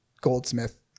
goldsmith